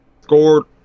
scored